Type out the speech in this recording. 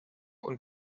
und